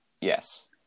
Yes